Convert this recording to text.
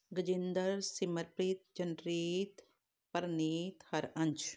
Gajinder Simarpreet Janreet Parneet Haransh